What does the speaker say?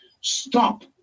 Stop